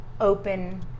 open